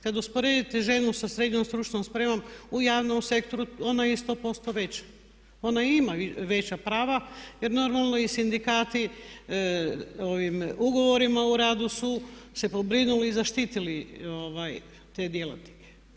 Kada usporedite ženu sa srednjom stručnom spremom u javnom sektoru ona … [[Govornica se ne razumije.]] 100% već, ona i ima veća prava jer normalno i sindikati ugovorima o radu su se pobrinuli i zaštitili te djelatnike.